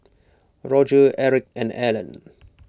Roger Erick and Ellen